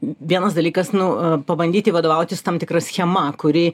vienas dalykas nu pabandyti vadovautis tam tikra schema kuri